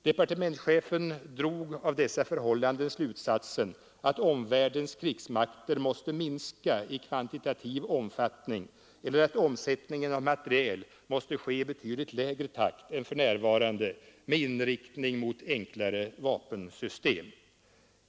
Departementschefen drog av dessa förhållanden slutsatsen att omvärldens krigsmakter måste minska i kvantitativ omfattning eller att omsättningen av materiel måste ske i betydligt lägre takt än för närvarande och med inriktning mot enklare vapensystem.